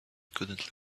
couldn’t